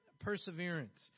perseverance